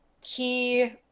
key